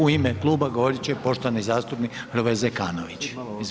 U ime kluba govorit će poštovani zastupnik Hrvoje Zekanović.